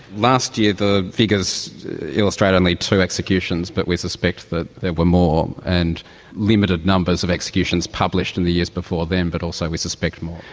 last year the figures illustrate only two executions but we suspect that there were more, and limited numbers of executions published in the years before them but also we suspect more.